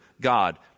God